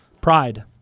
Pride